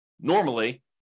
normally